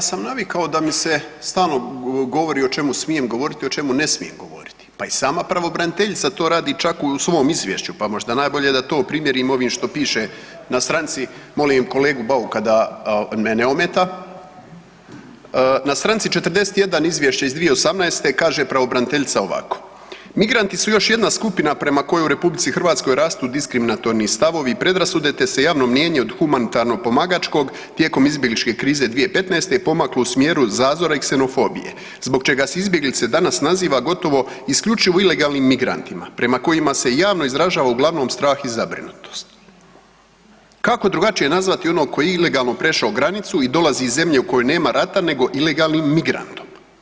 Pa ja sam navikao da mi se stalno govori o čemu smijem govoriti, o čemu ne smijem govoriti pa i sama pravobraniteljica to radi čak u svoj izvješću, pa možda najbolje da to primijenim onim što piše na stranici, molim kolegu Bauka da me ne ometa, na stranici 41. izvješća iz 2018. kaže pravobraniteljica ovako: „Migranti su još jedna skupina prema kojoj u RH rastu diskriminatorni stavovi i predrasude te se javno mnijenje od humanitarno pomagačkog tijekom izbjegličke krize 2015. pomaklo u smjeru zazora i ksenofobije zbog čega se izbjeglice danas naziva gotovo isključivo ilegalnim migrantima prema kojima se javno izražava uglavnom strah i zabrinutost“ Kako drugačije nazvati onog ko je ilegalno prešao granicu i dolazi iz zemlje u kojoj nema rata nego „ilegalnim migrantom“